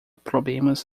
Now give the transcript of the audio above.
problemas